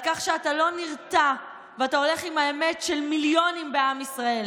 על כך שאתה לא נרתע ואתה הולך עם האמת של מיליונים בעם ישראל.